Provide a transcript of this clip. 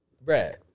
Brad